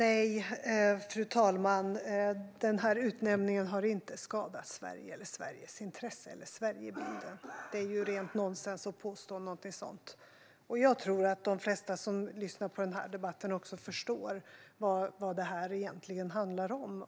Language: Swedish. Fru talman! Nej, den här utnämningen har inte skadat Sverige, Sveriges intressen eller Sverigebilden. Det är rent nonsens att påstå något sådant. Jag tror att de flesta som lyssnar på den här debatten förstår vad det här egentligen handlar om.